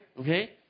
Okay